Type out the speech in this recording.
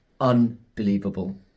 Unbelievable